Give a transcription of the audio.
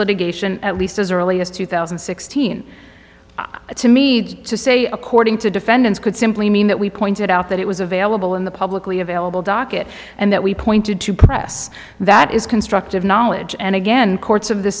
litigation at least as early as two thousand and sixteen to me to say according to defendants could simply mean that we pointed out that it was available in the publicly available docket and that we pointed to press that is constructive knowledge and again courts of the